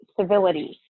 civility